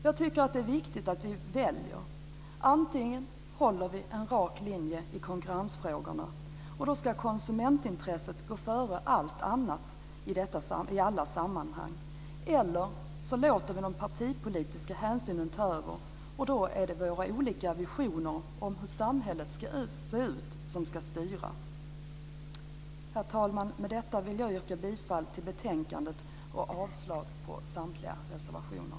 Jag tycker att det är viktigt att vi väljer. Antingen håller vi en rak linje i konkurrensfrågorna, och då ska konsumentintresset gå före allt annat i alla sammanhang, eller så låter vi de partipolitiska hänsynen ta över, och då är det våra olika visioner om hur samhället ska se ut som ska styra. Herr talman! Med detta vill jag yrka bifall till hemställan i betänkandet och avslag på samtliga reservationer.